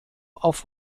auf